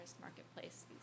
marketplace